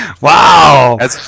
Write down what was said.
Wow